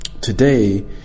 today